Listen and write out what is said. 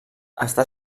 està